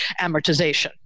amortization